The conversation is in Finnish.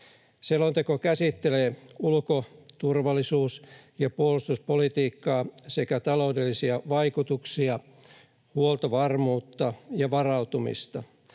Selonteko käsittelee ulko-, turvallisuus- ja puolustuspolitiikkaa sekä taloudellisia vaikutuksia, huoltovarmuutta ja varautumista,